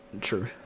True